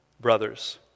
brothers